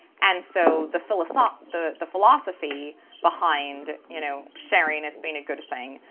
and so the philosoph, the the philosophy behind, you know, sharing as being a good thing,